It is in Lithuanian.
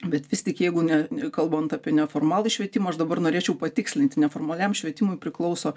bet vis tik jeigu ne kalbant apie neformalų švietimą aš dabar norėčiau patikslinti neformaliam švietimui priklauso